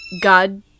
God